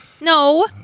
no